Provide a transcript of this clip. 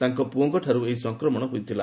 ତାଙ୍କ ପୁଅଙ୍କଠାରୁ ଏହି ସଂକ୍ରମଣ ହୋଇଥିଲା